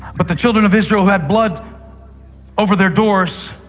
but the children of israel who had blood over their doors,